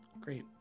Great